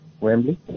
Wembley